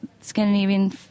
Scandinavian